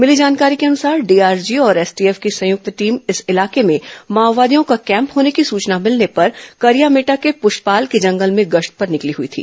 मिली जानकारी के अनुसार डीआरजी और एसटीएफ की संयुक्त टीम इस इलाके में माओवादियों का कैम्प होने की सूचना भिलने पर करियामेटा के पृष्पाल के जंगल में गश्त पर निकली हुई थी